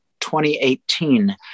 2018